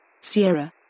Sierra